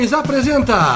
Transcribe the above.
apresenta